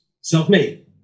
self-made